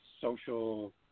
social